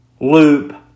loop